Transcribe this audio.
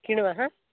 କିଣିବା ହାଁ